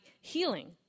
healing